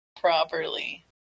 properly